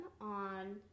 on